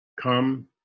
Come